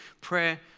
prayer